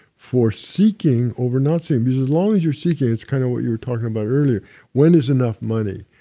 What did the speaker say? for seeking over not seeking, because as long as you're seeking, it's kind of what you were talking about earlier when is enough money?